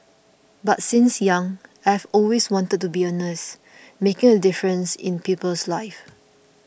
but since young I have always wanted to be a nurse making a difference in people's lives